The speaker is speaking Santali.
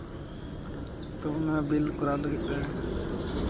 ᱛᱚ ᱚᱱᱟ ᱵᱤᱞ ᱠᱚᱨᱟᱣ ᱞᱟᱹᱜᱤᱫ ᱛᱮ